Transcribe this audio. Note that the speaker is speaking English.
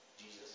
Jesus